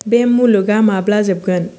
बे मुलुगा माब्ला जोबगोन